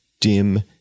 dim